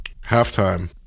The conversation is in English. Halftime